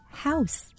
house